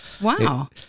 Wow